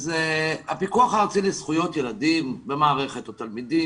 הפיקוח הארצי לזכויות ילדים במערכת או תלמידים,